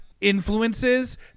influences